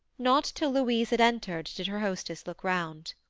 not till louise had entered did her hostess look round.